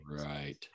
Right